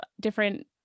different